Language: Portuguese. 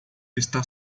está